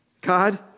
God